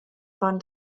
waren